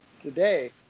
today